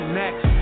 next